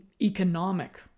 economic